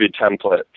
template